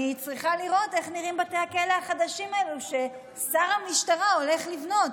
אני צריכה לראות איך נראים בתי הכלא החדשים האלה ששר המשטרה הולך לבנות.